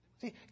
See